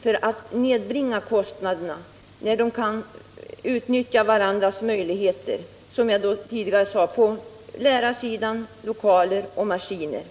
framgår att kostnaderna kan nedbringas därför att det finns möjligheter att utnyttja samma lärare, lokaler och maskiner.